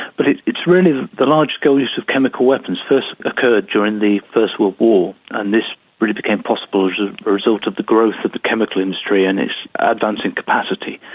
but it's really, the the large-scale use of chemical weapons first occurred during the first world war, and this really became possible as a result of the growth of the chemical industry and its advancing capacity.